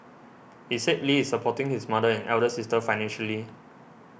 he said Lee is supporting his mother and elder sister financially